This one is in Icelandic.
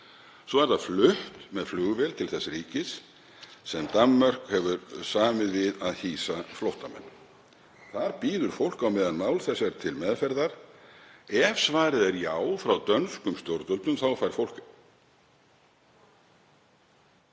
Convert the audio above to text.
Svo er það flutt með flugvél til þess ríkis sem Danmörk hefur samið við að hýsa flóttamenn. Þar bíður fólk á meðan mál þess er til meðferðar. Ef svarið er já frá dönskum stjórnvöldum fær fólk